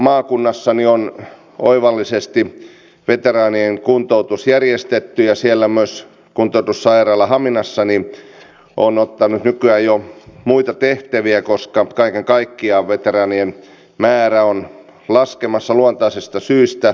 kotimaakunnassani on oivallisesti veteraanien kuntoutus järjestetty ja siellä myös kuntoutussairaala haminassa on ottanut nykyään jo muita tehtäviä koska kaiken kaikkiaan veteraanien määrä on laskemassa luontaisesta syystä